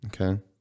Okay